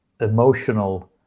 emotional